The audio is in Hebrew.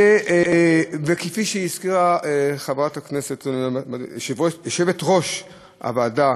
כפי שהזכירה חברת הכנסת, יושבת-ראש הוועדה